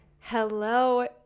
Hello